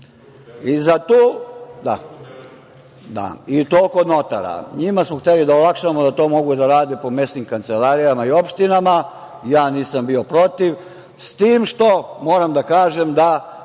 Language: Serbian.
i to kod notara. Njima smo hteli da olakšamo da to mogu da rade po mesnim kancelarijama i opštinama. Ja nisam bio protiv, s tim što moram da kažem da